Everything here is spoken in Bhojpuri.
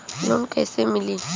लोन कइसे मिलि?